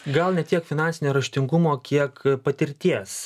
gal ne tiek finansinio raštingumo kiek patirties